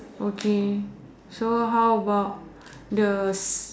okay so how about the